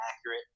accurate